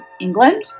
England